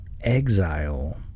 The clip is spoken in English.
exile